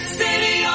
city